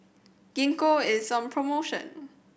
gingko is on promotion